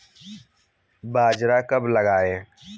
बाजरा कब लगाएँ?